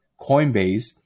Coinbase